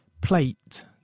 plate